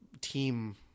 team